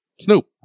Snoop